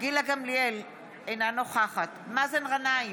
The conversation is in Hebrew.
גילה גמליאל, אינה נוכחת מאזן גנאים,